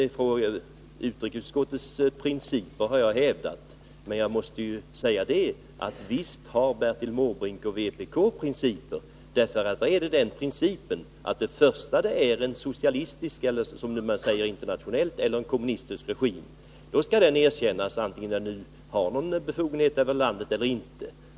Jag har hävdat utrikesutskottets principer, men jag måste säga att visst har också Bertil Måbrink principer. En sådan är att så snart det är fråga om en socialistisk — som man ju säger internationellt — eller en kommunistisk regim, då skall den erkännas vare sig den har befogenheter i landet eller inte.